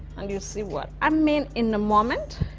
and you'll see what i mean in a moment.